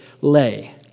lay